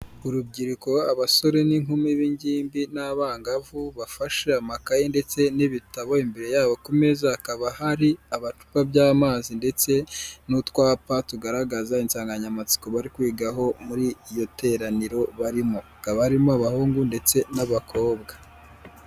Urubyiruko abasore n'inkumi b'ingimbi n'abangavu bafashe amakaye ndetse n'ibitabo imbere yabo ku meza hakaba hari, abacupa by'amazi ndetse n'utwapa tugaragaza insanganyamatsiko bari kwigaho muri iyo teraniro barimo. hakaba harimo abahungu ndetse n'abakobwa.